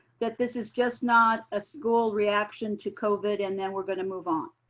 that this is just not a school reaction to covid and then we're gonna move on.